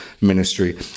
ministry